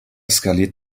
skaliert